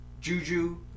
Juju